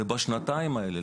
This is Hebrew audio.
בשנתיים האלה,